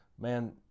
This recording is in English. man